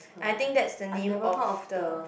I think that's the name of the